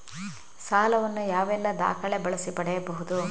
ಸಾಲ ವನ್ನು ಯಾವೆಲ್ಲ ದಾಖಲೆ ಬಳಸಿ ಪಡೆಯಬಹುದು?